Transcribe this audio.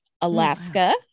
alaska